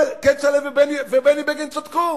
כצל'ה ובני בגין צדקו.